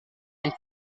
and